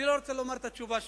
אני לא רוצה לומר את התשובה שלו,